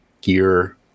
gear